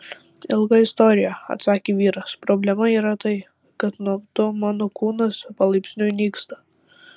ilga istorija atsakė vyras problema yra tai kad nuo to mano kūnas palaipsniui nyksta